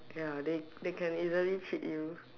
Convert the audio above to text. ya they they can easily cheat you